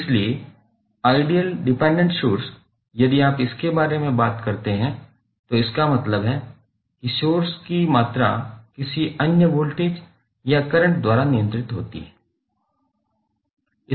इसलिए ideal dependent source यदि आप इसके बारे में बात कर रहे हैं तो इसका मतलब है कि सोर्स की मात्रा किसी अन्य वोल्टेज या करंट द्वारा नियंत्रित होती है